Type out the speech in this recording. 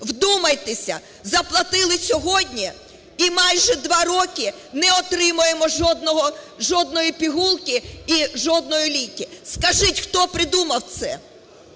Вдумайтеся! Заплатили сьогодні і майже 2 роки не отримуємо жодної пігулки і жодних ліків! Скажіть, хто придумав це?!